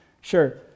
Sure